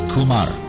Kumar